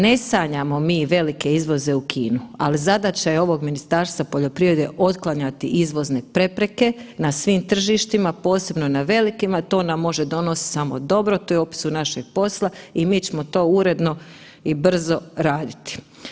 Ne sanjamo mi neke velike izvoze u Kinu, ali zadaća je ovog Ministarstva poljoprivrede otklanjati velike prepreke na svim tržištima, posebno na velikim, to nam može donositi samo dobro, to je u opisu našeg posla i mi ćemo to uredno i brzo raditi.